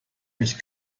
mich